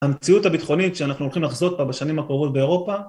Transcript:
המציאות הביטחונית שאנחנו הולכים לחזות בה בשנים הקרובות באירופה